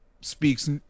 speaks